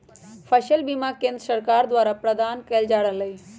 फसल बीमा केंद्र सरकार द्वारा प्रदान कएल जा रहल हइ